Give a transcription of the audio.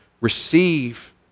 receive